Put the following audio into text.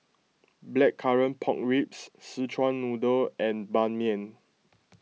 Blackcurrant Pork Ribs Szechuan Noodle and Ban Mian